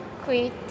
quit